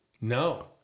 No